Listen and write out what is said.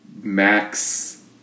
Max